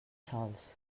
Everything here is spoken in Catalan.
sols